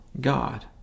God